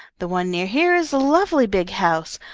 the one near here is a lovely big house,